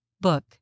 book